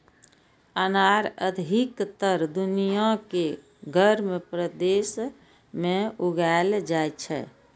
अनार अधिकतर दुनिया के गर्म प्रदेश मे उगाएल जाइ छै